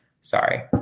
Sorry